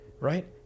right